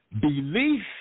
Belief